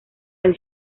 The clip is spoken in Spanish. del